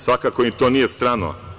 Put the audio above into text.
Svakako im to nije strano.